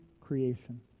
creation